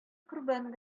корбан